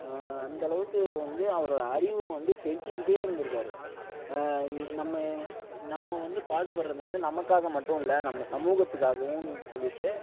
அந்தளவுக்கு வந்து அவரோட அறிவும் வந்து பெருக்கிக்கிட்டே இருந்திருக்காரு நம்ம நம்ம வந்து பாடுபடுறது வந்து நமக்காக மட்டும் இல்லை நம்ம சமூகத்துக்காகவும் சொல்லிவிட்டு